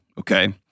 Okay